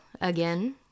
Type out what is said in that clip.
again